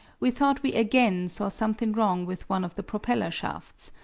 we thought we again saw something wrong with one of the propeller shafts.